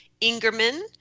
Ingerman